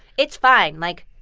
it's fine. like,